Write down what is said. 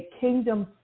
kingdom